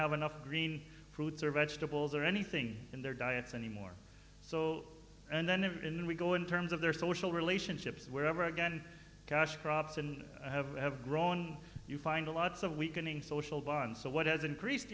have enough green fruits or vegetables or anything in their diets anymore so and then in we go in terms of their social relationships wherever again cash crops and have ever grown you find a lots of weakening social bonds so what has increased